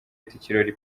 ikirori